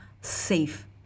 safe